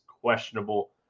questionable